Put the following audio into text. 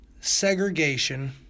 segregation